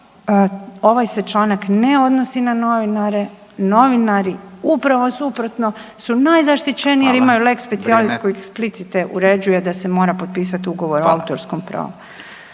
Ovaj se članak ne odnosi na novinare, novinari upravo suprotno su najzaštićeniji jer imaju lex specialis kojeg eksplicite uređuje da se mora potpisat Ugovor o autorskom pravu.